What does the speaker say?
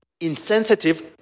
insensitive